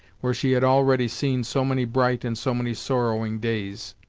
where she had already seen so many bright and so many sorrowing days.